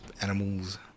animals